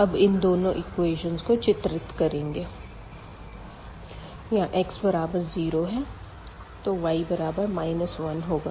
अब इन दोनों एक्वेशन्स को चित्रित करेंगे यहाँ x बराबर 0 है तो y बराबर 1 होगा जो की यह बिंदु होगा